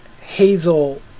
Hazel